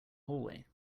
hallway